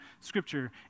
scripture